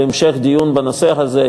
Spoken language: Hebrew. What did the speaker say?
להמשך דיון בנושא הזה,